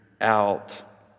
out